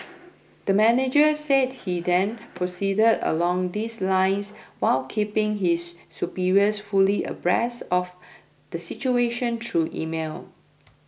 the manager said he then proceeded along these lines while keeping his superiors fully abreast of the situation through email